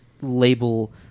label